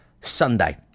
Sunday